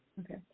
Okay